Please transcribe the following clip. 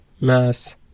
mass